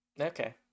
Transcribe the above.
Okay